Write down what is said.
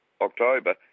October